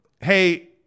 hey